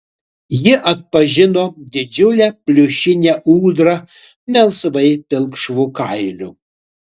ji atpažino didžiulę pliušinę ūdrą melsvai pilkšvu kailiu